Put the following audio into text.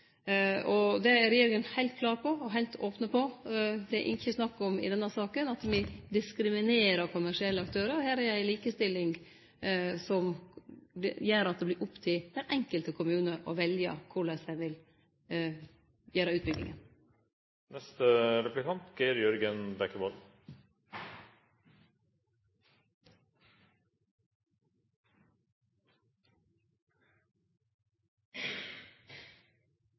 følgt. Det er regjeringa heilt klar på og heilt open på. Det er ikkje snakk om at me diskriminerer kommersielle aktørar i denne saka. Her er det ei likestilling som gjer at det vert opp til den enkelte kommune å velje korleis dei vil